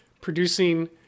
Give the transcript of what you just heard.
producing